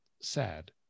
sad